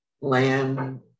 Land